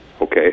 Okay